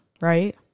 right